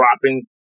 dropping